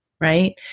right